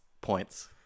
points